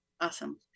Awesome